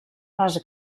les